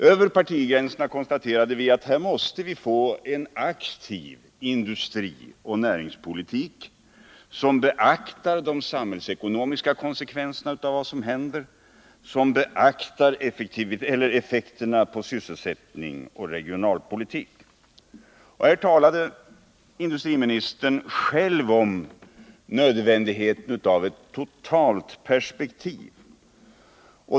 Över partigränserna konstaterade vi också att vi här måste få en aktiv industrioch näringspolitik som beaktar de samhällsekonomiska konsekvenserna av vad som händer, som beaktar effekterna på sysselsättning och regionalpolitik. I detta sammanhang talar industriministern själv om nödvändigheten av ett totalt perspektiv.